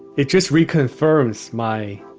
it just reconfirms my,